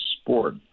sport